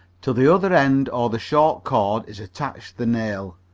to the other end or the short cord is attached the nail.